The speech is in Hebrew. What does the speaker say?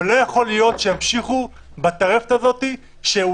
אבל לא יכול להיות שימשיכו בטרפת הזאת שאולם